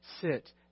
sit